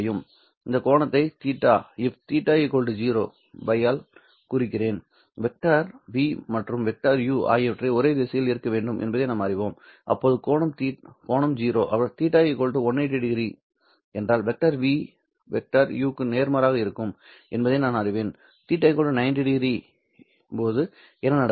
இந்த கோணத்தை θ if θ 0 by ஆல் குறிக்கிறேன் வெக்டர் v மற்றும் வெக்டர் u ஆகியவை ஒரே திசையில் இருக்க வேண்டும் என்பதை நாம் அறிவோம் அப்போது கோணம் 0 θ 180 if என்றால் வெக்டர் v வெக்டர் u க்கு நேர்மாறாக இருக்க வேண்டும் என்பதை நான் அறிவேன் Θ 90ᴼ போது என்ன நடக்கும்